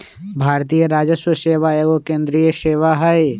भारतीय राजस्व सेवा एगो केंद्रीय सेवा हइ